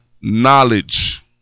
Knowledge